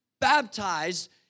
baptized